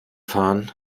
fahren